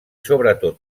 sobretot